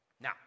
Now